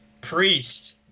Priest